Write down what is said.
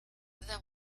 there